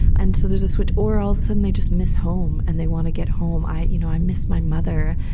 and so there's a switch. or all of a sudden they just miss home and they want to get home. you know, i miss my mother,